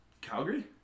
Calgary